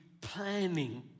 planning